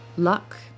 Luck